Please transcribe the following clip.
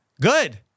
good